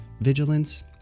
vigilance